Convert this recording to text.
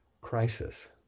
crisis